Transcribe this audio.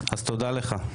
לכן תודה לך.